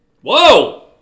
whoa